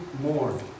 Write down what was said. more